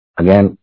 again